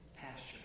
pasture